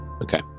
Okay